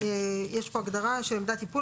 יש פה הגדרה של עמדת טיפול,